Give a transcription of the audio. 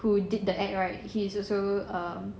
who did the act right he's also err